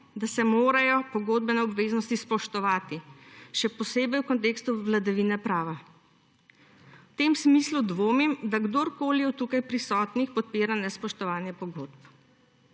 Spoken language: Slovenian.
da se morajo pogodbene obveznosti spoštovati, še posebej v kontekstu vladavine prava. V tem smislu dvomim, da kdorkoli od tukaj prisotnih podpira nespoštovanje pogodb.